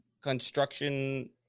construction